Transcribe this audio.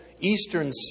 eastern